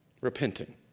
Repenting